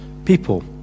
people